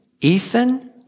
Ethan